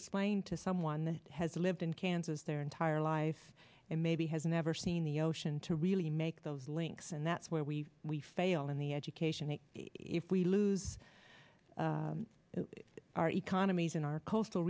explain to someone that has lived in kansas their entire life and maybe has never seen the ocean to really make those links and that's where we we fail in the education that if we lose our economies in our coastal